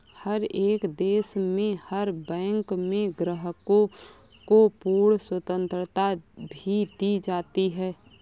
हर एक देश में हर बैंक में ग्राहकों को पूर्ण स्वतन्त्रता भी दी जाती है